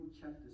chapter